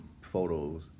photos